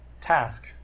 task